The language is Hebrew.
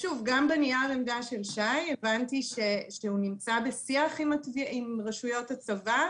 גם מנייר עמדה של שי הבנתי שהוא נמצא בשיח עם רשויות הצבא.